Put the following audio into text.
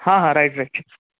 हां हां right right